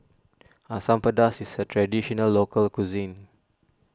Asam Pedas is a Traditional Local Cuisine